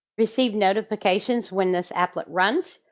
receive notifications when this applet runs,